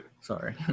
sorry